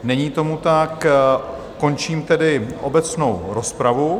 Není tomu tak, končím tedy obecnou rozpravu.